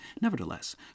Nevertheless